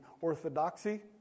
orthodoxy